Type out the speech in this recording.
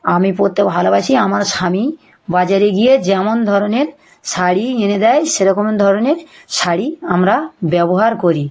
আমি পরতে ভালোবাসি আমার স্বামী বাজারে গিয়ে যেমন ধরনের শাড়ি এনে দেয় সেরকম ধরনের শাড়ি আমরা ব্যবহার করি